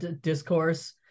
discourse